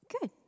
Good